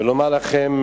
ולומר לכם: